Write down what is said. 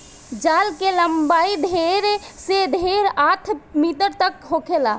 जाल के लम्बाई ढेर से ढेर आठ मीटर तक होखेला